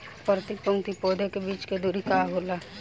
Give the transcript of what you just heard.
प्रति पंक्ति पौधे के बीच के दुरी का होला?